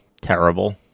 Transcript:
terrible